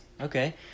Okay